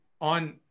on